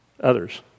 Others